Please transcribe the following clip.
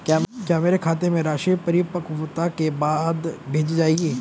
क्या मेरे खाते में राशि परिपक्वता के बाद भेजी जाएगी?